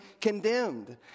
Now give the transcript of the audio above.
condemned